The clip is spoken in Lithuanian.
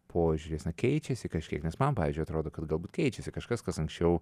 požiūris na keičiasi kažkiek nes man pavyzdžiui atrodo kad galbūt keičiasi kažkas kas anksčiau